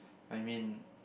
I mean